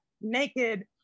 naked